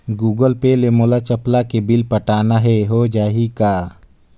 Google Pay ले मोल चपला के बिल पटाना हे, हो जाही का?